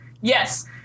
Yes